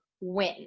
win